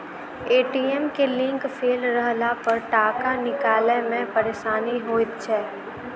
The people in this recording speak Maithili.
ए.टी.एम के लिंक फेल रहलापर टाका निकालै मे परेशानी होइत छै